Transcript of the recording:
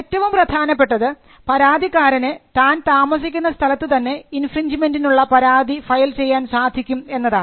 ഏറ്റവും പ്രധാനപ്പെട്ടത് പരാതിക്കാരന് താൻ താമസിക്കുന്ന സ്ഥലത്ത് തന്നെ ഇൻഫ്രിൻഞ്ജ്മെൻറിനുള്ള പരാതി ഫയൽ ചെയ്യാൻ സാധിക്കും എന്നതാണ്